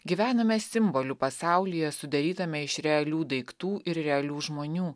gyvename simbolių pasaulyje sudarytame iš realių daiktų ir realių žmonių